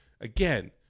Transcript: again